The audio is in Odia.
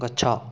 ଗଛ